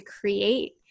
create